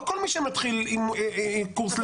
לא כל מי שמתחיל קורס לסיירת,